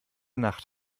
nacht